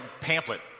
pamphlet